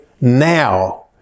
now